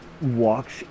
walks